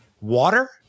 water